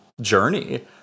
journey